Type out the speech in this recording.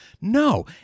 No